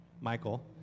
Michael